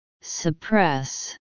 Suppress